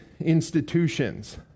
institutions